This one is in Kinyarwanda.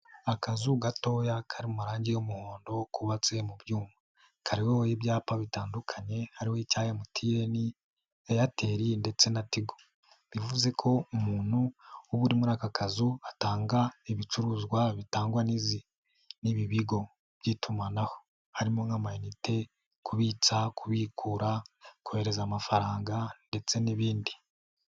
Akazu gatoya kari mu marangi y'umuhondo kubatse mu byuma. Kariho ibyapa bitandukanye hariho icya Mtn, Airtel ndetse na Tigo. Bivuze ko umuntu uba uri muri aka kazu atanga ibicuruzwa bitangwa n'izi, n'ibi bigo by'itumanaho, harimo nk'amayinite, kubitsa kubikura, kohereza amafaranga, ndetse n'ibindi.